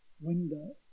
window